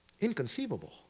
inconceivable